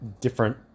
different